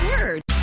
Words